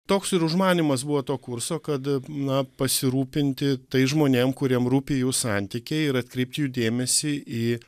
toks ir užmanymas buvo to kurso kad na pasirūpinti tais žmonėm kuriem rūpi jų santykiai ir atkreipt jų dėmesį į